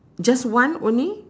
just one only